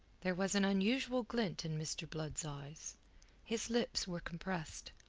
there was an unusual glint in mr. blood's eyes his lips were compressed.